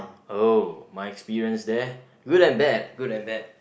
oh my experience there good and bad good and bad